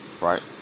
Right